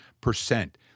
percent